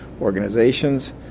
organizations